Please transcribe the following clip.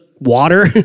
water